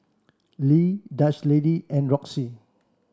Lee Dutch Lady and Roxy